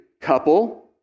couple